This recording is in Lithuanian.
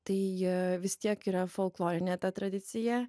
tai vis tiek yra folklorinė ta tradicija